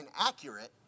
inaccurate